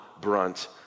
brunt